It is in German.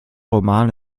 roman